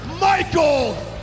Michael